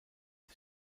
des